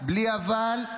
בלי אבל,